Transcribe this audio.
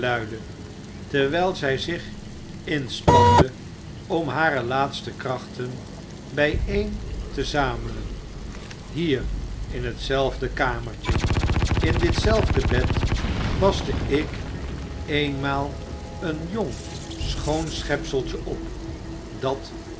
terwijl zij zich inspande om hare laatste krachten bijeen te zamelen hier in hetzelfde kamertje in ditzelfde bed paste ik eenmaal een jong schoon schepseltje op dat